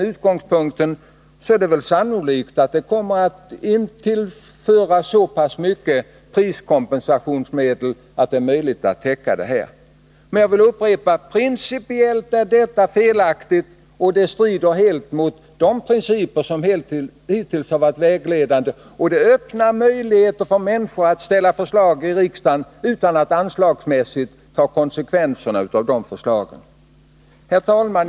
Därför är det sannolikt att det kommer att tillföras så mycket priskompensationsmedel att minskningen kan täckas in. Jag vill emellertid upprepa: Principiellt är detta felaktigt, och det strider helt mot de principer som hittills har varit vägledande. Dessutom öppnar det möjligheter att framställa förslag i riksdagen utan att man anslagsmässigt tar konsekvenserna av förslagen. Herr talman!